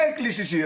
אין כלי שלישי.